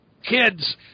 Kids